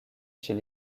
chez